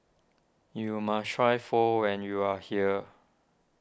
you must try Pho when you are here